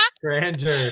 Grandeur